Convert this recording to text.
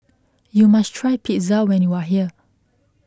you must try Pizza when you are here